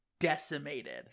Decimated